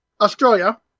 Australia